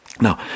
Now